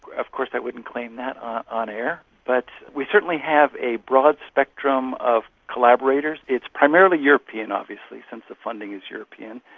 of course i wouldn't claim that on-air. but we certainly have a broad spectrum of collaborators. it's primarily european, obviously, since the funding is european,